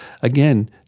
again